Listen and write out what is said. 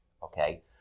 Okay